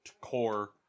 core